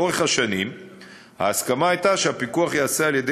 לאורך השנים ההסכמה הייתה שהפיקוח יעשה באמצעות